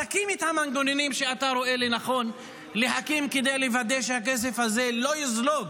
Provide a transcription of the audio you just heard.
תקים את המנגנונים שאתה רואה לנכון להקים כדי לוודא שהכסף הזה לא יזלוג